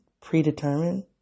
predetermined